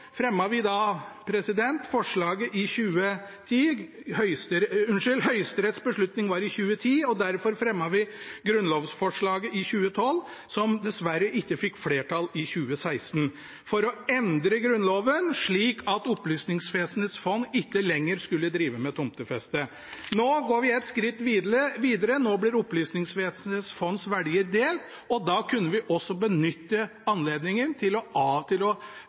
vi grunnlovsforslaget i 2012, som dessverre ikke fikk flertall i 2016, om å endre Grunnlovens bestemmelser om Opplysningsvesenets fond. Nå går vi et skritt videre. Nå blir Opplysningsvesenets fonds verdier delt, og da kunne vi også ha benyttet anledningen til å avskaffe ordningen med tomtefeste på Opplysningsvesenets fonds eiendommer. Jeg kjenner at jeg ser fram til